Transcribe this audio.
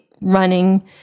running